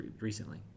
recently